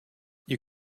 you